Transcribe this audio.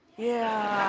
yeah,